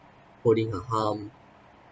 holding her arm